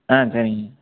ஆ சரிங்க